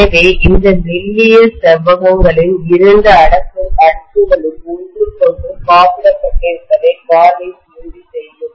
எனவே இந்த மெல்லிய செவ்வகங்களின் இரண்டு அடுக்குகளும் ஒன்றுக்கொன்று காப்பிடப்பட்டிருப்பதை வார்னிஷ் உறுதி செய்யும்